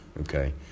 Okay